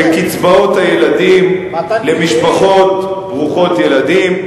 בקצבאות הילדים למשפחות ברוכות ילדים,